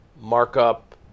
markup